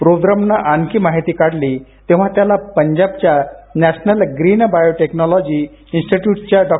रुद्रमनं आणखी माहिती काढली तेव्हा त्याला पंजाबच्या नॅशनल ग्रीन बायोटेक्नॉलॉजी इन्स्टिट्यूटच्या डॉ